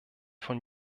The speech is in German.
von